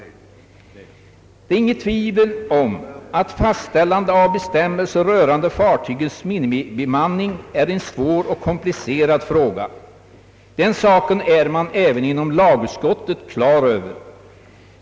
Det är inget tvivel om att fastställande av bestämmelser rörande fartygens minimibemanning är en svår och komplicerad fråga. Den saken är man även inom lagutskottet klar över.